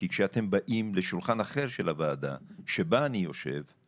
כי כשאתם באים לשולחן אחר של הוועדה שבה אני יושב,